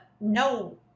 no